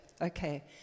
Okay